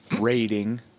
rating